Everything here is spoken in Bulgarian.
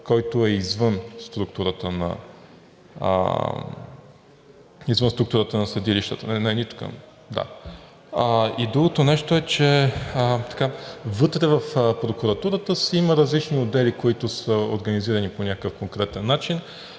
който е извън структурата на съдилищата. Другото нещо е, че вътре в прокуратурата си има различни отдели, които са организирани по някакъв конкретен начин.